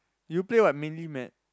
you play what mini map